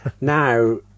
now